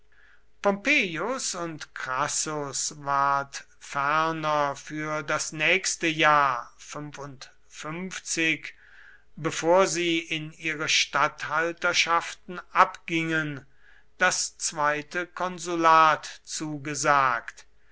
pompeius und crassus ward ferner für das nächste jahr bevor sie in ihre statthalterschaften abgingen das zweite konsulat zugesagt